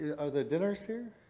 yeah are the dinners here?